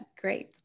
Great